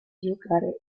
giocare